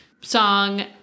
song